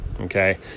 Okay